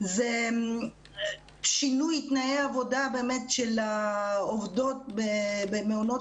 זה שינוי תנאי העבודה של העובדות במעונות